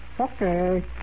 okay